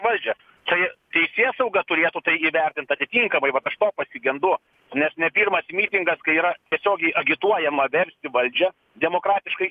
valdžią tai teisėsauga turėtų tai įvertint atitinkamai vat aš to pasigendu nes ne pirmas mitingas kai yra tiesiogiai agituojama versti valdžią demokratiškai